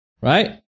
right